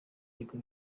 bigo